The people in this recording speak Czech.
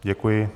Děkuji.